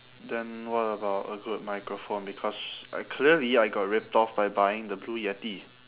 then what about a good microphone because I clearly I got ripped off by buying the blue yeti